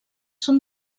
són